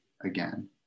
again